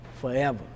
forever